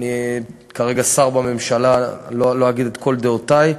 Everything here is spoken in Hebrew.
אני כרגע שר בממשלה, לא אגיד את כל דעותי,